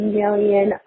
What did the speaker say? million